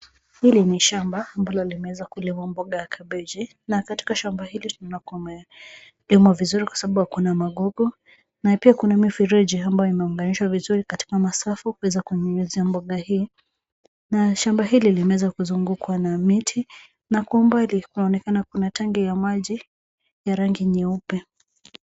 Hili ni shamba ambalo limeweza kulimwa mboga ya kabeji, na katika shamba hili tunaona kumelimwa vizuri kwa sababu kuna magogo, na pia kuna mifereji ambayo imeunganishwa vizuri katika masafu kuweza kunyunyuzia mboga hii. Na shamba hili limeweza kuzungukwa na miti, na kwa umbali kuonekana kuna tangi ya maji, ya rangi nyeupe.